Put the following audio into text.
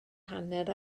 hanner